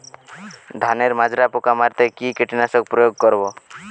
ধানের মাজরা পোকা মারতে কি কীটনাশক প্রয়োগ করব?